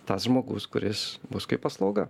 tas žmogus kuris bus kaip paslauga